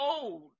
old